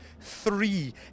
three